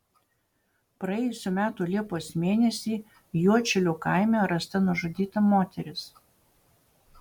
praėjusių metų liepos mėnesį juodšilių kaime rasta nužudyta moteris